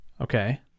Okay